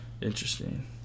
Interesting